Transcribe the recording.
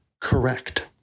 correct